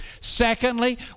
secondly